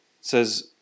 Says